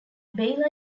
baylor